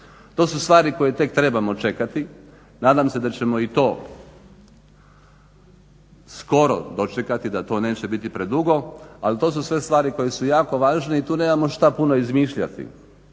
To su stvari koje tek trebamo čekati. Nadam se da ćemo i to skoro dočekati, da to neće biti predugo, ali to su sve stvari koje su jako važne i tu nemamo što puno izmišljati.